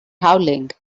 howling